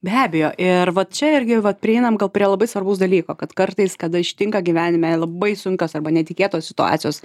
be abejo ir vat čia irgi vat prieinam gal prie labai svarbaus dalyko kad kartais kada ištinka gyvenime labai sunkios arba netikėtos situacijos